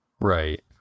Right